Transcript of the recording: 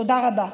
תודה רבה.